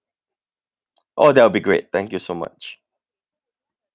oh that will be great thank you so much